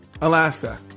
Alaska